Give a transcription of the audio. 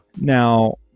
Now